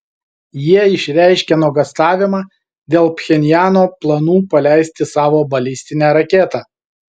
jie išreiškė nuogąstavimą dėl pchenjano planų paleisti savo balistinę raketą